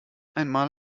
einmal